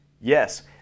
Yes